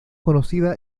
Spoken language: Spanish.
conocida